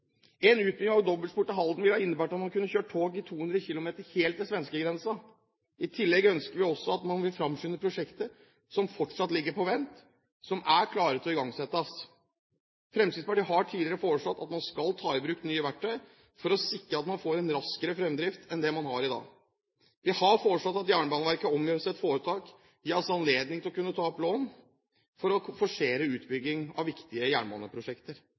En utbygging av dobbeltspor til Halden ville ha innebåret at man kunne kjøre tog i 200 km/t helt til svenskegrensen. I tillegg ønsker vi også at man vil fremskynde prosjekter som fortsatt ligger på vent, og som er klare til å igangsettes. Fremskrittspartiet har tidligere foreslått at man skal ta i bruk nye verktøy for å sikre at man får en raskere fremdrift enn den man har i dag. Vi har foreslått at Jernbaneverket omgjøres til et foretak, som gis anledning til å ta opp lån for å forsere utbygging av viktige jernbaneprosjekter.